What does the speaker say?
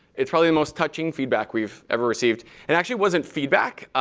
it's probably the most touching feedback we've ever received. it actually wasn't feedback.